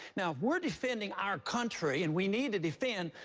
now, if we're defending our country and we need to defend,